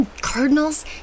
cardinals